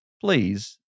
please